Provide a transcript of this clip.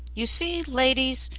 you see, ladies,